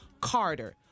Carter